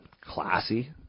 classy